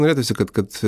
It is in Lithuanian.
norėtųsi kad kad